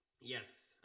Yes